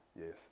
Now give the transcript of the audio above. Yes